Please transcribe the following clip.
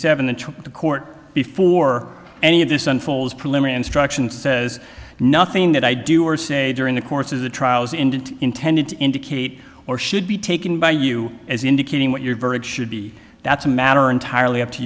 in the court before any of this unfolds preliminary struction says nothing that i do or say during the course of the trials and intended to indicate or should be taken by you as indicating what your verdict should be that's a matter entirely up to